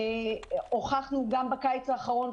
והוכחנו גם בקיץ האחרון,